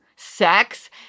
sex